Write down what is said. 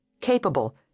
capable